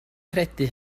credu